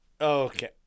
Okay